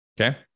Okay